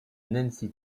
nancy